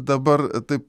dabar taip